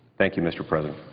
thank you, mr. president.